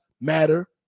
matter